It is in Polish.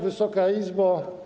Wysoka Izbo!